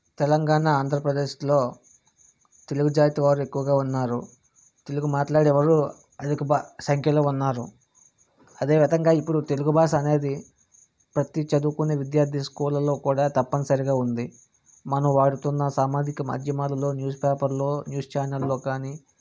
తెలంగాణ ఆంధ్రప్రదేశ్లో తెలుగు జాతి వారు ఎక్కువగా ఉన్నారు తెలుగు మాట్లాడే వాళ్ళు అధిక సంఖ్యలో ఉన్నారు అదేవిధంగా ఇప్పుడు తెలుగు భాష అనేది ప్రతి చదువుకునే విద్యార్థి స్కూళ్లల్లో కూడా తప్పనిసరిగా ఉంది మనం వాడుతున్న సామాజిక మాధ్యమాలలో న్యూస్ పేపర్లో ఛానల్లో న్యూస్ ఛానల్లో కాని